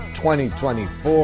2024